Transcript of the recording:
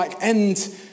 end